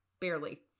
barely